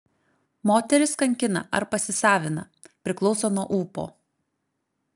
moteris kankina ar pasisavina priklauso nuo ūpo